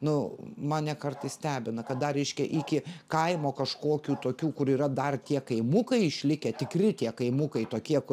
nu mane kartais stebina kad dar reiškia iki kaimo kažkokių tokių kur yra dar tie kaimukai išlikę tikri tie kaimukai tokie ku